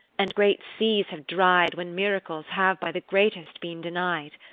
and great seas have dried when miracles have by the greatest been denied.